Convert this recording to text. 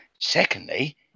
Secondly